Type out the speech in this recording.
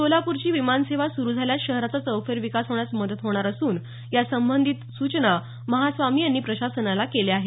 सोलापूरची विमानसेवा सुरु झाल्यास शहराचा चौफेर विकास होण्यास मदत होणार असून यासंबंधित सूचना महास्वामी यांनी प्रशासनाला केल्या आहेत